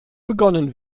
begonnen